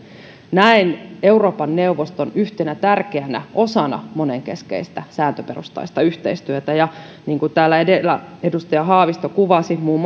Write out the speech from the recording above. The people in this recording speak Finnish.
näen euroopan neuvoston yhtenä tärkeänä osana monenkeskistä sääntöperustaista yhteistyötä ja niin kuin täällä edellä edustaja haavisto kuvasi muun